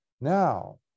Now